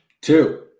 Two